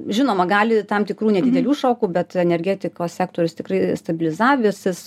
žinoma gali tam tikrų nedidelių šokų bet energetikos sektorius tikrai stabilizavęsis